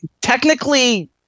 technically